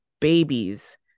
babies